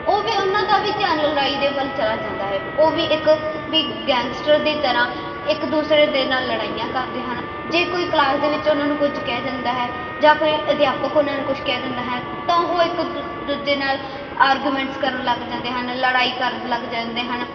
ਉਹ ਵੀ ਉਹਨਾਂ ਦਾ ਵੀ ਧਿਆਨ ਲੜਾਈ ਦੇ ਵੱਲ ਚਲਾ ਜਾਂਦਾ ਹੈ ਉਹ ਵੀ ਇੱਕ ਵੀ ਗੈਂਗਸਟਰ ਦੀ ਤਰ੍ਹਾਂ ਇੱਕ ਦੂਸਰੇ ਦੇ ਨਾਲ ਲੜਾਈਆਂ ਕਰਦੇ ਹਨ ਜੇ ਕੋਈ ਕਲਾਸ ਦੇ ਵਿੱਚ ਉਹਨਾਂ ਨੂੰ ਕੁਝ ਕਿਹਾ ਜਾਂਦਾ ਹੈ ਜਾਂ ਕੋਈ ਅਧਿਆਪਕ ਉਹਨਾਂ ਨੂੰ ਕੁਛ ਕਹਿ ਦਿੰਦਾ ਹੈ ਤਾਂ ਉਹ ਇੱਕ ਦੂ ਦੂਜੇ ਨਾਲ ਆਰਗੂਮੈਂਟਸ ਕਰਨ ਲੱਗ ਜਾਂਦੇ ਹਨ ਲੜਾਈ ਕਰਨ ਲੱਗ ਜਾਂਦੇ ਹਨ